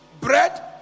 bread